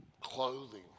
clothing